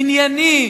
ענייני,